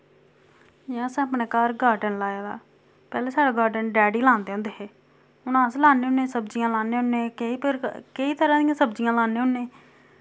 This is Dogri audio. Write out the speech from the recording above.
जि'यां अस अपने घर गार्डन लाए दा पैह्ले साढ़ै गार्डन डैडी लांदे होंदे हे हुन अस लाने होने सब्जियां लाने होने केईं केईं तरह दियां सब्जियां लाने होने